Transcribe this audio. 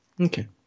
Okay